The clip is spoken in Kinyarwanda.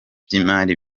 by’imari